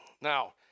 Now